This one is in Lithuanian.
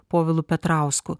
povilu petrausku